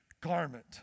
garment